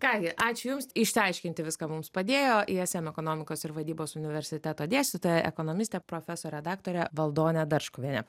ką gi ačiū jums išsiaiškinti viską mums padėjo ism ekonomikos ir vadybos universiteto dėstytoja ekonomistė profesorė daktarė valdonė darškuvienė